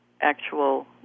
actual